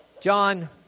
John